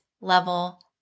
level